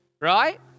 right